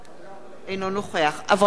אינו נוכח אברהם דיכטר,